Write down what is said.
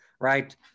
right